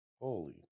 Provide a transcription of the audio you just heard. Holy